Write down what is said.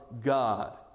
God